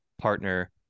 partner